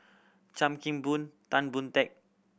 Chan Kim Boon Tan Boon Teik